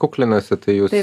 kuklinasi tai jūs